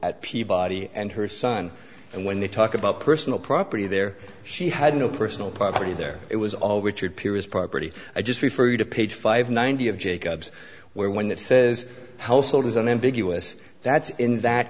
at peabody and her son and when they talk about personal property there she had no personal property there it was all richard gere's property i just refer you to page five ninety of jacobs where one that says household is an ambiguous that's in that